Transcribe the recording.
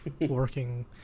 working